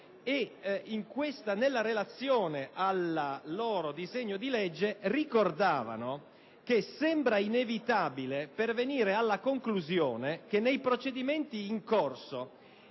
Nella relazione al loro disegno di legge ricordavano che sembra inevitabile pervenire alla conclusione che nei procedimenti in corso